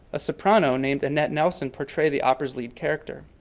a soprano named annette nelson portray the opera's lead character.